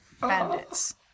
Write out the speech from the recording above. Bandits